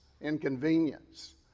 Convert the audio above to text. inconvenience